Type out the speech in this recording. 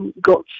got